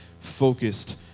focused